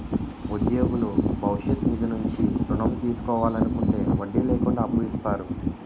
ఉద్యోగులు భవిష్య నిధి నుంచి ఋణం తీసుకోవాలనుకుంటే వడ్డీ లేకుండా అప్పు ఇస్తారు